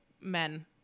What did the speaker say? men